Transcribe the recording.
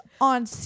on